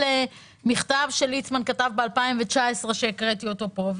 מכתב שליצמן כתב ב-2019 שהקראתי אותו פה,